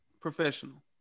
professional